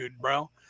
bro